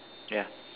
yeah